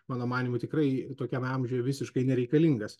mano manymu tikrai tokiam amžiuje visiškai nereikalingas